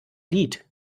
lied